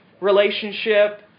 relationship